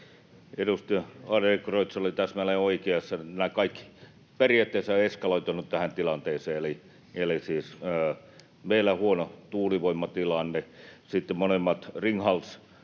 Edustaja Adlercreutz oli täsmälleen oikeassa. Nämä kaikki ovat periaatteessa eskaloituneet tähän tilanteeseen, eli siis meillä on huono tuulivoimatilanne, sitten Ringhals